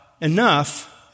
enough